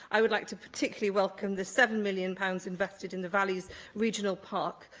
i would like to particularly welcome the seven million pounds invested in the valleys regional park.